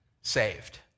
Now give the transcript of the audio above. saved